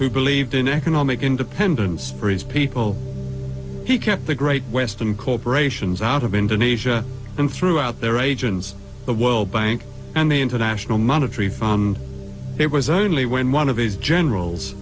who believed in economic independence for his people he kept the great western corporations out of indonesia and throughout their agents the world bank and the international monetary fund it was only when one of his generals